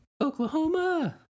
Oklahoma